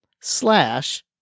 slash